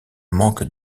manque